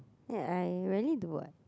ya I rarely do what